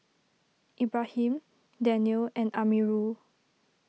Ibrahim Daniel and Amirul